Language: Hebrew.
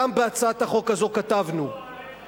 גם בהצעת החוק הזו כתבנו, עליך,